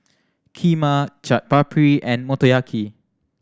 Kheema Chaat Papri and Motoyaki